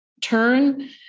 turn